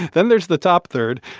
then there's the top third,